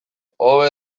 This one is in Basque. hobe